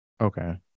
okay